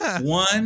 one